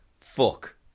fuck